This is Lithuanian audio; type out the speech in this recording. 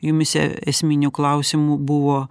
jumyse esminių klausimų buvo